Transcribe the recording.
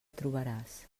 trobaràs